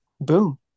boom